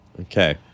Okay